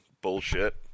bullshit